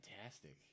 fantastic